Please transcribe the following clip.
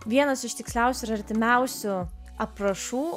vienas iš tiksliausių ir artimiausių aprašų